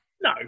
No